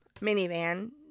minivan